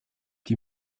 die